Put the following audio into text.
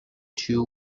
two